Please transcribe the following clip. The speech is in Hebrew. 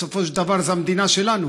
בסופו של דבר זו המדינה שלנו,